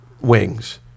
wings